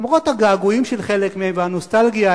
למרות הגעגועים של חלק מהם והנוסטלגיה,